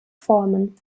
formen